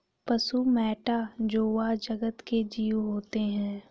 पशु मैटा जोवा जगत के जीव होते हैं